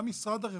גם משרד הרווחה,